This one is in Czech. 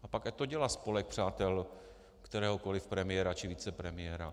A pak ať to dělá spolek přátel kteréhokoli premiéra či vicepremiéra.